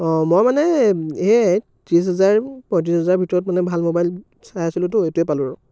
অ' মই মানে এই ত্ৰিছ হাজাৰ পয়ত্ৰিছ হাজাৰৰ ভিতৰত মানে ভাল মোবাইল চাই আছিলোতো এইটোৱে পালোঁ আৰু